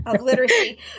literacy